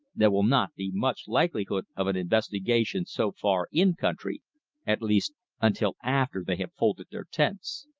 there will not be much likelihood of an investigation so far in-country at least until after they have folded their tents.